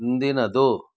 ಇಂದಿನದು